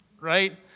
right